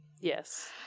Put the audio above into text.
Yes